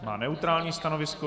Má neutrální stanovisko.